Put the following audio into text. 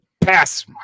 Pass